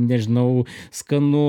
nežinau skanu